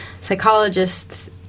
psychologists